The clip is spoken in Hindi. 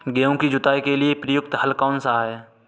गेहूँ की जुताई के लिए प्रयुक्त हल कौनसा है?